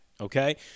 okay